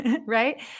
Right